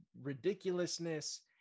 ridiculousness